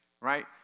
right